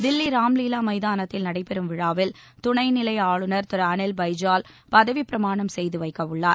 தில்லி ராம்லீலா மைதானத்தில் நடைபெறும் விழாவில் துணைநிலை ஆளுநர் திரு அனில் பைஜால் பதவிப்பிரமாணம் செய்து வைக்க உள்ளார்